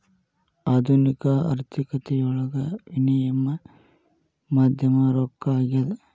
ಆಧುನಿಕ ಆರ್ಥಿಕತೆಯೊಳಗ ವಿನಿಮಯ ಮಾಧ್ಯಮ ರೊಕ್ಕ ಆಗ್ಯಾದ